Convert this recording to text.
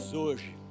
hoje